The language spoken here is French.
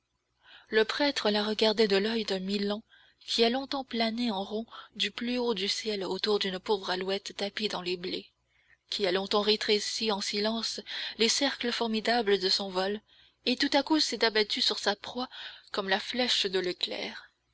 le prêtre la regardait de l'oeil d'un milan qui a longtemps plané en rond du plus haut du ciel autour d'une pauvre alouette tapie dans les blés qui a longtemps rétréci en silence les cercles formidables de son vol et tout à coup s'est abattu sur sa proie comme la flèche de